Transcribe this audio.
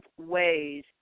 ways